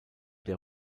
der